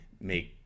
make